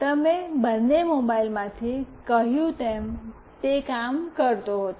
તમે બંને મોબાઇલમાંથી કહ્યું તેમ તે કામ કરતો હતો